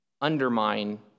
undermine